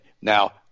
now